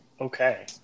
Okay